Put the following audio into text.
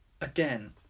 again